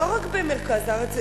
לא רק במרכז הארץ,